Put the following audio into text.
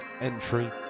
entry